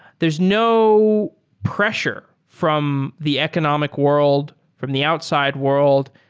there's no pressure from the economic world, from the outside world.